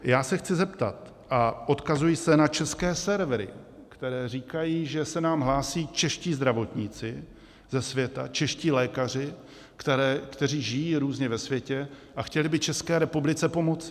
Já se chci zeptat, a odkazuji se na české servery, které říkají, že se nám hlásí čeští zdravotníci ze světa, čeští lékaři, kteří žijí různě ve světě a chtěli by České republice pomoci.